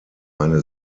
eine